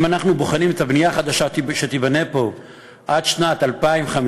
אם אנחנו בוחנים את הבנייה החדשה שתיבנה פה עד שנת 2050,